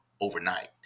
overnight